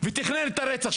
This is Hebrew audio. ותכנן את הרצח.